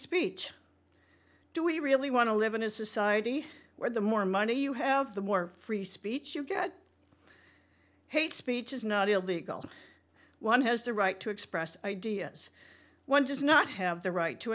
speech do we really want to live in a society where the more money you have the more free speech you get hate speech is not illegal one has the right to express ideas one does not have the right to